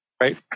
Right